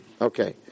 Okay